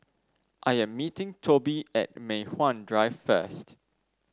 I am meeting Tobi at Mei Hwan Drive first